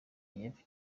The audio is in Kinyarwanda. y’epfo